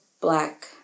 black